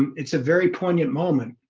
it's a very poignant moment.